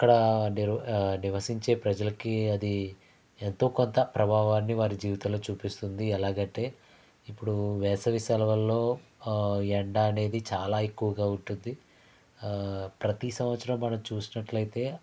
ఇక్కడా ని నివసించే ప్రజలకి అది ఎంతో కొంత ప్రభావాన్ని వారి జీవితంలో చూపిస్తుంది ఎలాగంటే ఇప్పుడూ వేసవి సెలవుల్లో ఎండ అనేది చాలా ఎక్కువగా ఉంటుంది ప్రతి సంవత్సరం మనం చూసినట్లయితే